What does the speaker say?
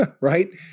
right